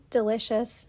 delicious